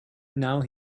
now